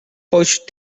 pushed